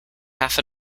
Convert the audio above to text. half